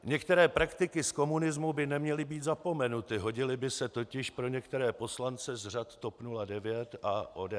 Některé praktiky z komunismu by neměly být zapomenuty, hodily by se totiž pro některé poslance z řad TOP 09 a ODS.